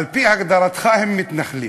על-פי הגדרתך הם מתנחלים.